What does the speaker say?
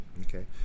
Okay